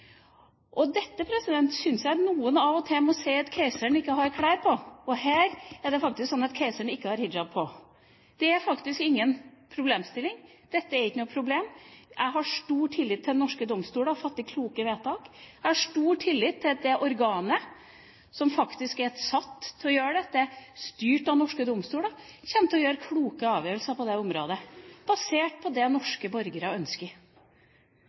problemstilling. Dette er ikke noe problem. Jeg har stor tillit til at norske domstoler fatter kloke vedtak. Jeg har stor tillit til at det organet som faktisk er satt til å gjøre dette styrt av norske domstoler, kommer til å gjøre kloke avgjørelser på dette området basert på det norske borgere ønsker.